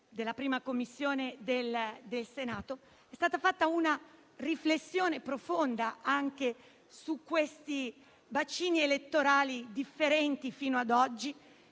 della 1a Commissione del Senato, è stata una riflessione profonda su questi bacini elettorali, differenti fino a oggi,